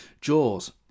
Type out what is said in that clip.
Jaws